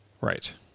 Right